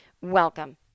Welcome